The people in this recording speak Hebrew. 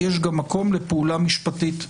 יש גם מקום לפעולה משפטית ברורה.